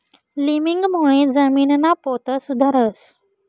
लिमिंगमुळे जमीनना पोत सुधरस